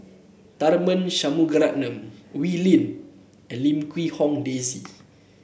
Tharman Shanmugaratnam Wee Lin and Lim Quee Hong Daisy